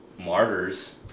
martyrs